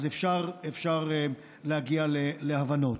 אז אפשר להגיע להבנות.